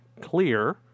clear